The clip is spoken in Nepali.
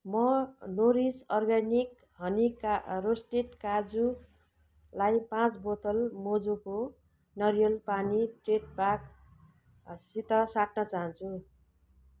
म नोरिस अर्ग्यानिक हनी रोस्टेड काजुलाई पाँच बोतल मोजोको नरिवल पानी ट्रेटपाकसित साट्न चाहान्छु